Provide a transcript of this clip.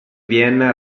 vienna